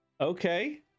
okay